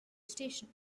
station